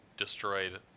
destroyed